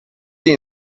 die